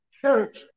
church